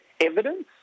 evidence